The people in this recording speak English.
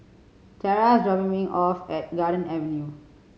Terra is dropping me off at Garden Avenue